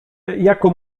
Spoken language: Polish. jaką